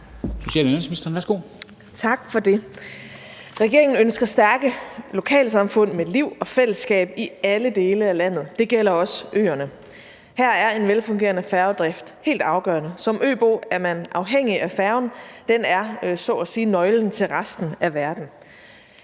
og indenrigsministeren (Astrid Krag): Tak for det. Regeringen ønsker stærke lokalsamfund med liv og fællesskab i alle dele af landet. Det gælder også øerne. Her er en velfungerende færgedrift helt afgørende. Som øbo er man afhængig af færgen; den er så at sige nøglen til resten af verden.